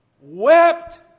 wept